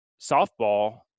softball